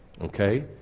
Okay